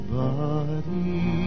body